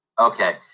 Okay